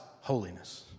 holiness